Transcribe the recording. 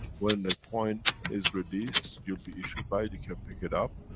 when the coin is released you'll be issued by it, you can pick it up,